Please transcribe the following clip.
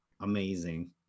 amazing